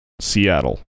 Seattle